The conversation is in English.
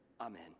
Amen